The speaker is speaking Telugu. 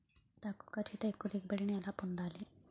తక్కువ ఖర్చుతో ఎక్కువ దిగుబడి ని ఎలా పొందాలీ?